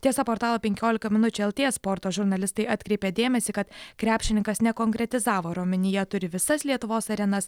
tiesa portalo penkiolika minučių el tė sporto žurnalistai atkreipė dėmesį kad krepšininkas nekonkretizavo ar omenyje turi visas lietuvos arenas